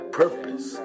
purpose